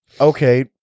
Okay